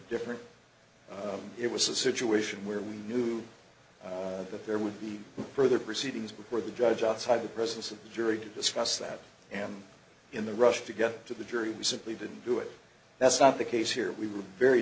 different it was a situation where we knew that there would be further proceedings before the judge outside the presence of the jury to discuss that and in the rush to get to the jury we simply didn't do it that's not the case here we were very